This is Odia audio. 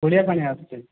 ଗୋଳିଆ ପାଣି ଆସୁଛି